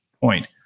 point